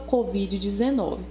Covid-19